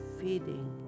feeding